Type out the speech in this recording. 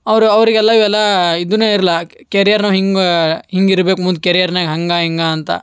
ಅವರು ಅವರಿಗೆಲ್ಲ ಇವೆಲ್ಲ ಇದೇ ಇರಲ್ಲ ಕೆರಿಯರೂ ಹಿಂಗೆ ಹಿಂಗೆ ಇರ್ಬೇಕು ಮುಂದೆ ಕೆರಿಯರ್ನಾಗೆ ಹಂಗೆ ಹಿಂಗೆ ಅಂತ